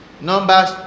Numbers